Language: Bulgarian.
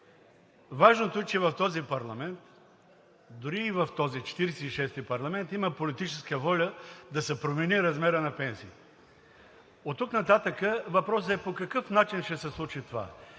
Важното е, че в този парламент – дори и в този 46-и парламент, има политическа воля да се промени размерът на пенсиите. Оттук нататък въпросът е по какъв начин ще се случи това.